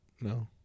no